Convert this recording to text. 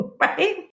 right